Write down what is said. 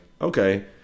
okay